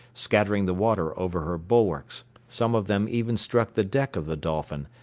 scattering the water over her bulwarks some of them even struck the deck of the dolphin,